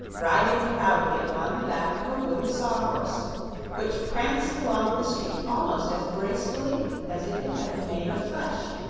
riding proudly upon the back of a wooden saw-horse which pranced along the street almost as gracefully as if it had been made of flesh.